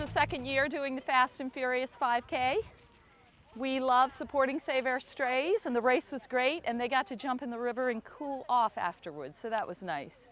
the second year doing the fast and furious five k we love supporting save our strays and the race was great and they got to jump in the river and cool off afterward so that was nice